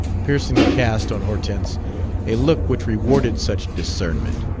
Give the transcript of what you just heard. pearson cast on hortense a look which rewarded such discernment.